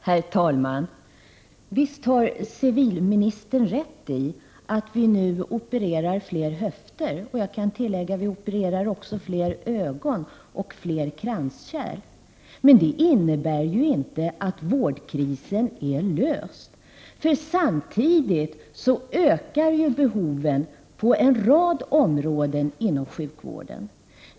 Herr talman! Visst har civilministern rätt i att vi nu opererar fler höfter. Jag kan tillägga att vi också opererar fler ögon och fler kranskärl. Men det innebär inte att vårdkrisen är löst. Samtidigt ökar behoven på en rad områden inom sjukvården.